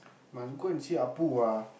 must go and see Appu ah